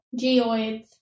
geoids